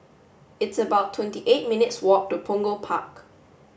it's about twenty eight minutes' walk to Punggol Park